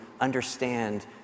understand